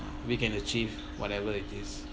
we can achieve whatever it is